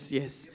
yes